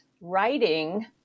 writing